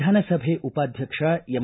ವಿಧಾನಸಭೆ ಉಪಾಧ್ಯಕ್ಷ ಎಂ